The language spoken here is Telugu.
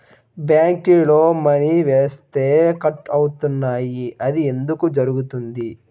బ్యాంక్లో మని వేస్తే కట్ అవుతున్నాయి అది ఎందుకు జరుగుతోంది?